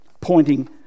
Pointing